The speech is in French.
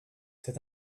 cette